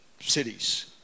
cities